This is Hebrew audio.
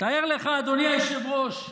תאר לך, אדוני היושב-ראש,